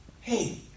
Hey